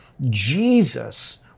Jesus